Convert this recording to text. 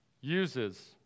uses